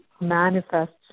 manifests